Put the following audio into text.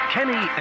Kenny